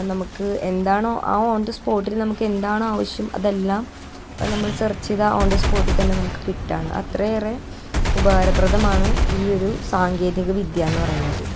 നമുക്ക് എന്താണോ ആ ഓൺ ദ സ്പോട്ടിൽ നമുക്ക് എന്താണോ ആവശ്യം അതെല്ലാം നമ്മൾ സർച്ച ചെയ്താൽ ഓൺ ദ സ്പോട്ടിത്തന്നെ നമുക്ക് കിട്ടാണ് അത്രയേറെ ഉപകാരപ്രദമാണ് ഈയൊരു സാങ്കേതിക വിദ്യാന്ന് പറയുന്നത്